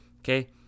Okay